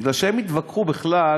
כי הם התווכחו בכלל,